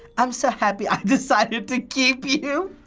i'm so happy i decided to keep you.